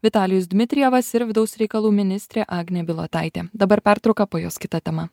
vitalijus dmitrijevas ir vidaus reikalų ministrė agnė bilotaitė dabar pertrauka po jos kita tema